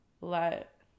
let